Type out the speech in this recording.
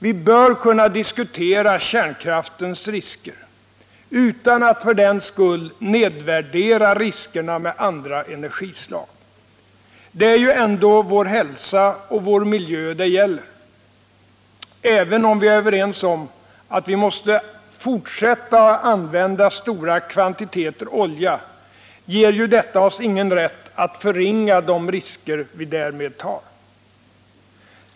Vi bör kunna diskutera kärnkraftens risker utan att för den skull nedvärdera riskerna med andra energislag. Det är ju ändå vår hälsa och vår miljö det gäller. Även om vi är överens om att vi måste fortsätta att använda stora kvantiteter olja ger ju detta oss ingen rätt att förringa de risker som vi därmed tar.